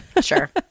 Sure